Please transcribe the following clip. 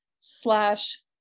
slash